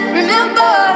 remember